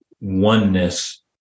oneness